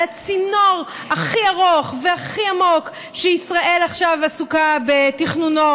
על הצינור הכי ארוך והכי עמוק שישראל עכשיו עסוקה בתכנונו,